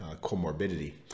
comorbidity